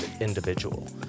individual